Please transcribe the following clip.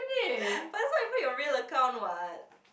but it's not even your real account [what]